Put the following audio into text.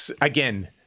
again